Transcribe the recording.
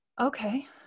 Okay